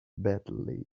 badly